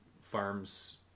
farms